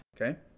Okay